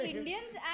Indians